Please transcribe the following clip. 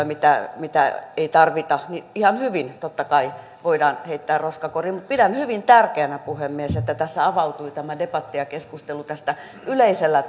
mitä mitä ei tarvita ihan hyvin totta kai voidaan heittää roskakoriin mutta pidän hyvin tärkeänä puhemies että tässä avautui tämä debatti ja keskustelu yleisellä